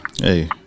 Hey